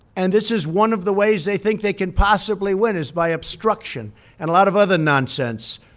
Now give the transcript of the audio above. and this is one of the ways they think they can possibly win is by obstruction and a lot of other nonsense.